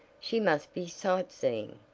she must be sightseeing.